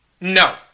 No